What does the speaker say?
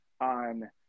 on